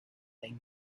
then